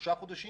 שלושה חודשים,